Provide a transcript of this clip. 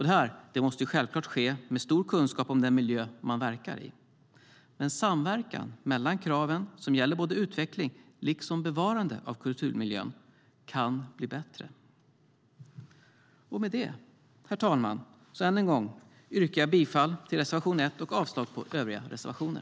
Detta måste självklart ske med stor kunskap om den miljö man verkar i. Men samverkan mellan kraven som gäller både utveckling och bevarande av kulturmiljön kan bli bättre. Herr talman! Än en gång yrkar jag bifall till reservation 1 och avslag på övriga reservationer.